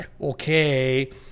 okay